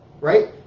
right